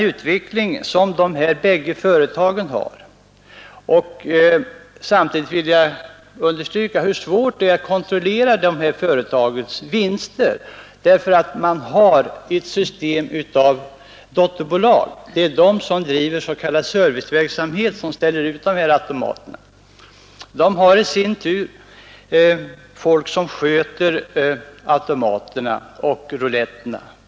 Jag vill understryka hur svårt det är att kontrollera de här företagens vinster därför att de har ett system av dotterbolag, och dessa driver s.k. serviceverksamhet och ställer ut automaterna. De företagen har i sin tur folk som sköter automaterna och rouletterna.